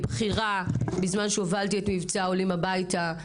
בכירה בזמן שהובלתי את מבצע "עולים הביתה",